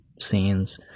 scenes